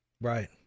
Right